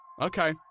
Okay